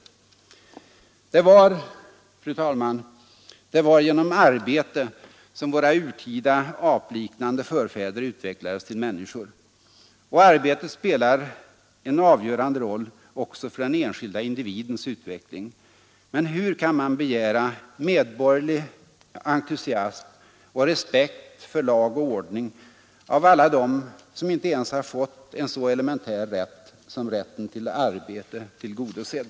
Det var, fru talman, genom arbete som våra urtida apliknande förfäder utvecklades till människor. Och arbetet spelar en avgörande roll också för den enskilda individens utveckling. Men hur kan man begära medborgerlig entusiasm och respekt för lag och ordning av alla dem som inte ens har fått en så elementär rättighet som rätten till arbete tillgodosedd?